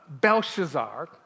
Belshazzar